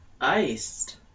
Iced